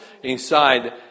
inside